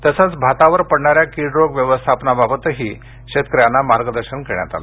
तसचं भातावर पडणाऱ्यां कीड रोग व्यवस्थापणा बाबत ही शेतकऱ्यांना मार्गदर्शन करण्यात आलं